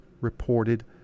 reported